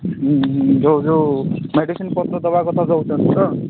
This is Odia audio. ହୁଁ ଯୋଉ ଯୋଉ ମେଡିସିନ୍ ପତ୍ର ଦେବାକଥା ଦେଉଛନ୍ତି ତ